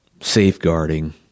safeguarding